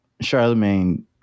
Charlemagne